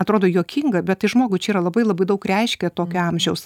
atrodo juokinga bet tai žmogui čia yra labai labai daug reiškia tokio amžiaus